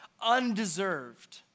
undeserved